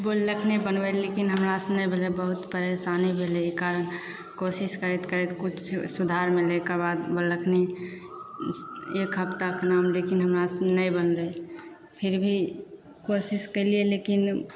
बोललक नहि बनबै लेल लेकिन हमरासँ नहि भेलै बहुत परेशानी भेलै ई कारण कोशिश करैत करैत किछु सुधार मिलै कऽ बाद बोललखिन एक हफ्ता कऽ नाम लेकिन हमरासँ नहि बनलै फिर भी कोशिश कयलियै लेकिन